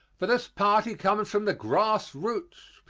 for this party comes from the grass roots.